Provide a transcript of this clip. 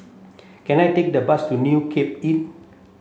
can I take the bus to New Cape Inn